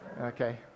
Okay